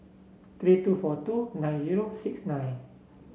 three two four two nine zero six nine